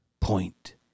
point